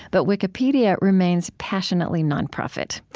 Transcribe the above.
but wikipedia remains passionately non-profit.